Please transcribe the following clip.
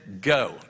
go